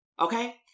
Okay